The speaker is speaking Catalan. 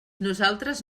nosaltres